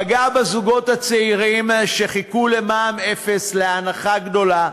פגע בזוגות הצעירים שחיכו למע"מ אפס, להנחה גדולה.